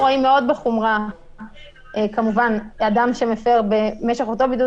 רואים מאוד בחומרה כמובן אדם שמפר במשך אותו בידוד